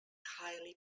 highly